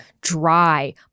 dry